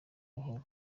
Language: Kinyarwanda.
buhoro